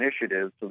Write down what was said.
initiatives